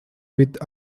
with